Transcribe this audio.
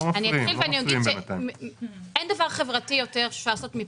אני אתחיל ואני אגיד שאין דבר חברתי יותר מפנסיה,